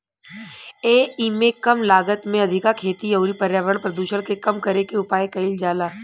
एइमे कम लागत में अधिका खेती अउरी पर्यावरण प्रदुषण के कम करे के उपाय कईल जाला